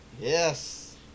Yes